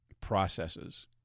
processes